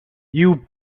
you